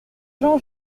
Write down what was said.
jean